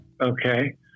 Okay